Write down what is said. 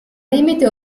limite